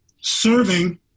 serving